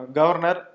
governor